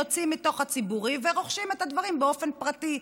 יוצאים מתוך הציבורית ורוכשים את הדברים באופן פרטי.